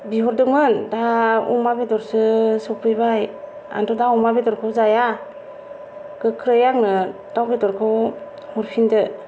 बिहरदोंमोन दा अमा बेदरसो सौफैबाय आंथ' दा अमा बेदरखौ जाया गोख्रै आंनो दाउ बेदरखौ हरफिनदो